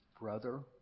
brother